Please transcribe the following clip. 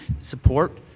support